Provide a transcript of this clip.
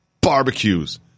barbecues